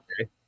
Okay